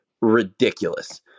ridiculous